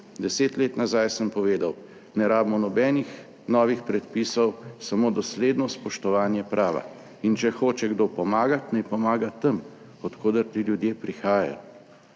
Deset let nazaj sem povedal, ne rabimo nobenih novih predpisov, samo dosledno spoštovanje prava. In če hoče kdo pomagati, naj pomaga tam, od koder ti ljudje prihajajo,